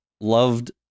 loved